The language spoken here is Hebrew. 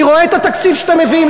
אני רואה את התקציב שאתם מביאים,